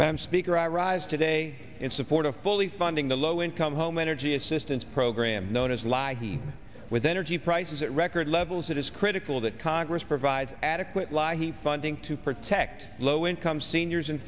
ban speaker i rise today in support of fully funding the low income home energy assistance program known as lively with energy prices at record levels it is critical that congress provides adequate lie he funding to protect low income seniors and